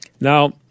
Now